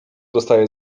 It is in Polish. dostaję